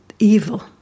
evil